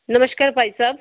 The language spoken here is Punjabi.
ਨਮਸਕਾਰ ਭਾਈ ਸਾਹਿਬ